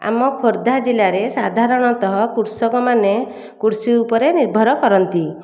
ଆମ ଖୋର୍ଦ୍ଧା ଜିଲ୍ଲାରେ ସାଧାରଣତଃ କୃଷକମାନେ କୃଷି ଉପରେ ନିର୍ଭର କରନ୍ତି